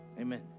amen